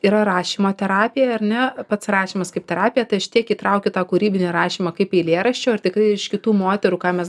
yra rašymo terapija ar ne pats rašymas kaip terapija tai tiek įtraukė tą kūrybinį rašymą kaip eilėraščio ir tikrai iš kitų moterų ką mes